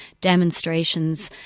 demonstrations